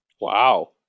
Wow